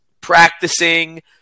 practicing